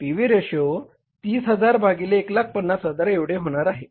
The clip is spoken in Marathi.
पी व्ही रेशो 30000 भागिले 150000 एवढे होणार आहे